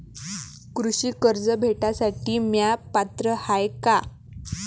कृषी कर्ज भेटासाठी म्या पात्र हाय का?